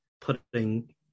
putting